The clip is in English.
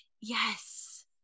yes